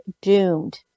doomed